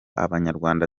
abanyarwanda